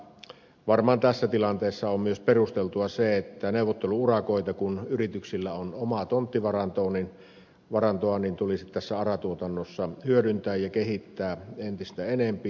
varmaan tässä tilanteessa on myös perusteltua se että neuvoteltuja urakoita kun yrityksillä on omaa tonttivarantoa tulisi ara tuotannossa hyödyntää ja kehittää entistä enempi